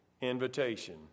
invitation